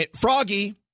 Froggy